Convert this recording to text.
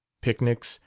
picnics,